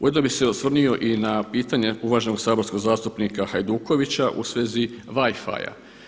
Ujedno bi se osvrnuo i na pitanje uvaženog saborskog zastupnika Hajdukovića u svezi Wifia.